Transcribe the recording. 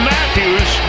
Matthews